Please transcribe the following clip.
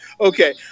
Okay